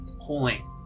pulling